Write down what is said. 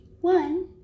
one